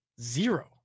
zero